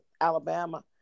Alabama